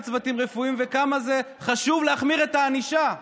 צוותים רפואיים וכמה זה חשוב להחמיר את הענישה.